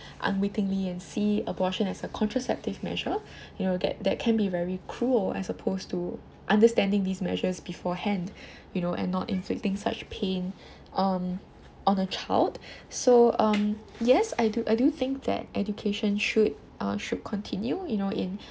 unwittingly and see abortion as a contraceptive measure you know that that can be very cruel as opposed to understanding these measures beforehand you know and not inflicting such pain um on a child so um yes I do I do think that education should uh should continue you know in